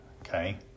okay